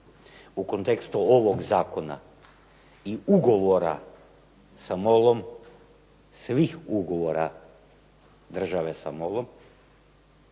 U kontekstu ovog zakona i ugovora sa MOL-om svih ugovora države sa MOL-om.